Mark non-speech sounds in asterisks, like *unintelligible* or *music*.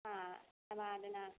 हा *unintelligible* वादना